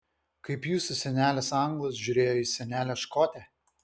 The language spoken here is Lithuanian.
kaip jūsų senelis anglas žiūrėjo į senelę škotę